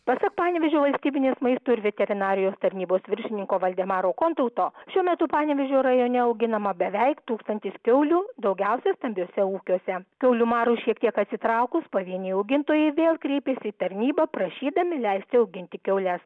pasak panevėžio valstybinės maisto ir veterinarijos tarnybos viršininko valdemaro kontauto šiuo metu panevėžio rajone auginama beveik tūkstantis kiaulių daugiausia stambiuose ūkiuose kiaulių marui šiek tiek atsitraukus pavieniai augintojai vėl kreipėsi į tarnybą prašydami leisti auginti kiaules